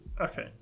Okay